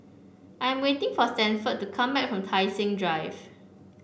I am waiting for Stanford to come back from Tai Seng Drive